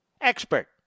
Expert